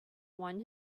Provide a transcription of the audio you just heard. won